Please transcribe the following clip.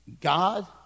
God